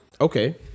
okay